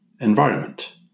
Environment